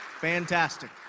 Fantastic